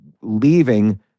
leaving